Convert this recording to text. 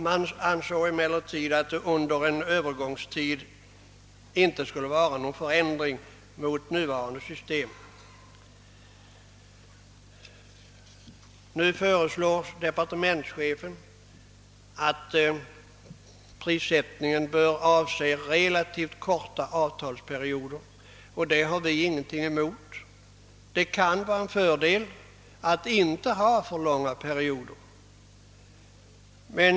Man ansåg emellertid att det under en övergångstid inte skulle ske någon förändring i nuvarande prissättningssystem. Nu föreslår departementschefen att prissättningen skall avse relativt korta avtalsperioder, och det har vi ingenting emot. Det kan vara en fördel att inte ha för långa perioder.